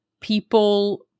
people